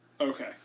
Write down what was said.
Okay